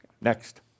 Next